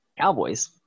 Cowboys